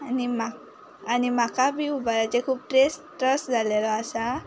आनी म्हाक आनी म्हाका बी उबराचेक खूब ट्रस्ट जालेलो आसा